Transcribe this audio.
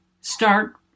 start